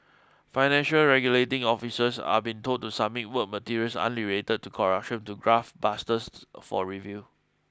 financial regulating officials are being told to submit work materials unrelated to corruption to graft busters for review